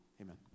Amen